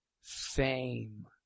fame